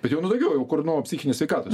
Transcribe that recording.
bet jau nu daugiau jau kur nu psichinės sveikatos